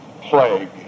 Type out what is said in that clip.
plague